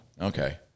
Okay